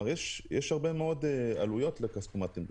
כך שיש הרבה מאוד עלויות לכספומטים,